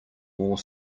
more